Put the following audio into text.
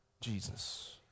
Jesus